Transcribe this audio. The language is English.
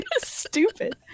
stupid